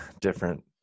different